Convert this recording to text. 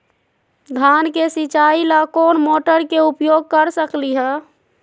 धान के सिचाई ला कोंन मोटर के उपयोग कर सकली ह?